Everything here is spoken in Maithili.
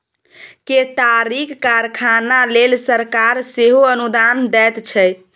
केतारीक कारखाना लेल सरकार सेहो अनुदान दैत छै